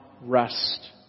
rest